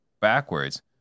backwards